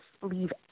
leave